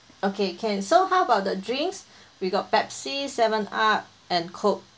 okay can so how about the drinks we got pepsi seven up and coke